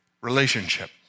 Relationship